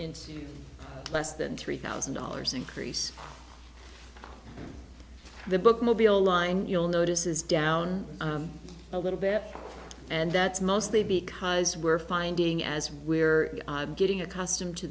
into less than three thousand dollars increase the bookmobile line you'll notice is down a little bit and that's mostly because we're finding as we're getting accustomed to